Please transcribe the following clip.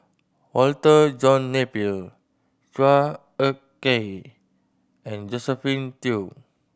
Walter John Napier Chua Ek Kay and Josephine Teo